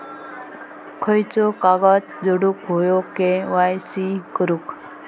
खयचो कागद जोडुक होयो के.वाय.सी करूक?